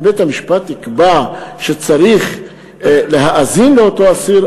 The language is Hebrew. אם בית-המשפט יקבע שצריך להאזין לאותו אסיר,